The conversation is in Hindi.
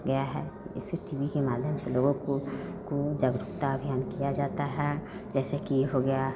गया है इसे टी वी के माध्यम से लोगों को जागरुकता अभियान किया जाता है जैसे कि हो गया